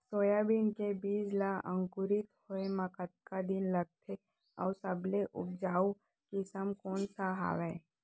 Soybean के बीज ला अंकुरित होय म कतका दिन लगथे, अऊ सबले उपजाऊ किसम कोन सा हवये?